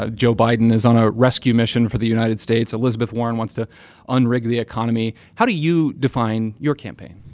ah joe biden is on a rescue mission for the united states. elizabeth warren wants to unrig the economy. how do you define your campaign?